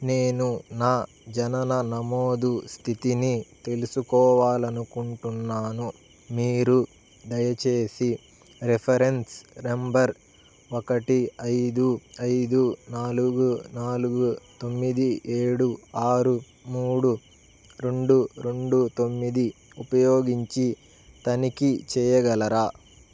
నేను నా జనన నమోదు స్థితిని తెలుసుకోవాలి అనుకుంటున్నాను మీరు దయచేసి రిఫరెన్స్ నెంబర్ ఒకటి ఐదు ఐదు నాలుగు నాలుగు తొమ్మిది ఏడు ఆరు మూడు రెండు రెండు తొమ్మిది ఉపయోగించి తనిఖీ చేయగలరా